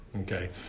okay